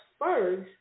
first